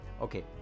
okay